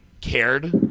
cared –